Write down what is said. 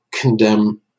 condemn